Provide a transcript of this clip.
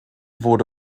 wurde